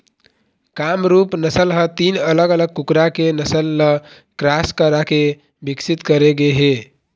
कामरूप नसल ह तीन अलग अलग कुकरा के नसल ल क्रास कराके बिकसित करे गे हे